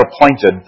appointed